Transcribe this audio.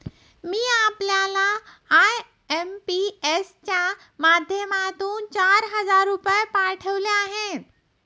मी आपल्याला आय.एम.पी.एस च्या माध्यमातून चार हजार रुपये पाठवले आहेत